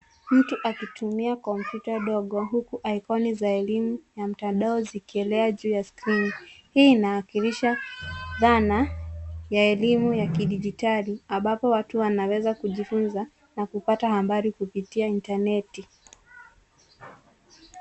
Mtu akitumia kompyuta ndogo huku ikoni za elimu ya mtandao zikielea kwa skrini. Hii inawakilisha dhana ya elimu ya kidijitali ambapo watu wanaweza kujifunza na kupata habari kupitia intaneti.